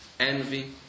Envy